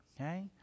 okay